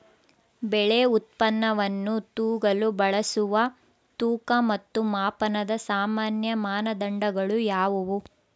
ಬೆಳೆ ಉತ್ಪನ್ನವನ್ನು ತೂಗಲು ಬಳಸುವ ತೂಕ ಮತ್ತು ಮಾಪನದ ಸಾಮಾನ್ಯ ಮಾನದಂಡಗಳು ಯಾವುವು?